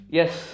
yes